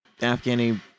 Afghani